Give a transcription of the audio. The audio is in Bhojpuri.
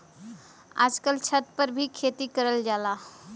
आजकल छत पर भी खेती करल जाला